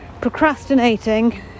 procrastinating